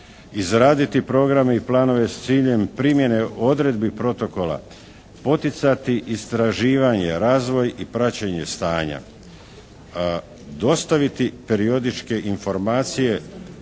izraditi programe i planove s ciljem primjene odredbi protokola, poticati istraživanje, razvoj i praćenje stanja, dostaviti periodičke informacije